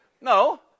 No